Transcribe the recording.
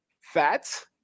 fat